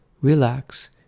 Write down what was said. relax